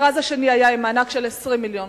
המכרז השני היה עם מענק של 20 מיליון